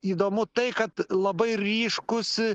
įdomu tai kad labai ryškus